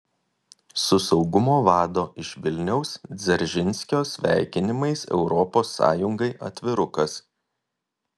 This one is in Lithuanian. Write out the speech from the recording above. su saugumo vado iš vilniaus dzeržinskio sveikinimais europos sąjungai atvirukas